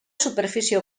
superfície